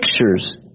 pictures